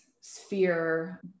sphere